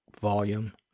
volume